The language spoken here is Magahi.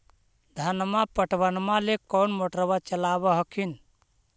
धनमा पटबनमा ले कौन मोटरबा चलाबा हखिन?